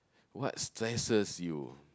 what stresses you